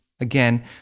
again